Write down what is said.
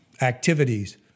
activities